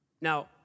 Now